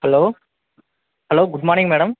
hello hello good morning madam